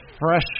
fresh